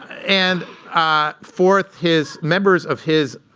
and fourth, his members of his